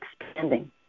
expanding